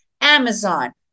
Amazon